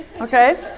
okay